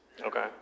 Okay